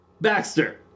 Baxter